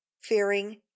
fearing